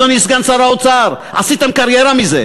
אדוני סגן שר האוצר, עשיתם קריירה מזה.